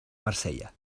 marsella